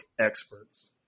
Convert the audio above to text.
experts